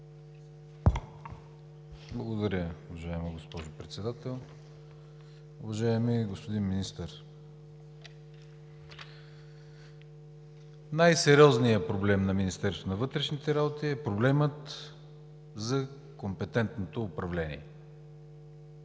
Благодаря, уважаема госпожо Председател. Уважаеми господин Министър, най-сериозният проблем на Министерството на вътрешните работи е проблемът за компетентното управление.